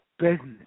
Business